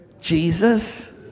Jesus